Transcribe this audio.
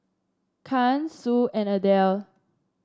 Caryn Sue and Adell